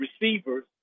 receivers